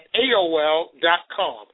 AOL.com